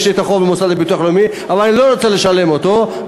מכיר שיש לי חוב אבל אני לא רוצה לשלם אותו,